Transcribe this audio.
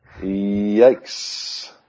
Yikes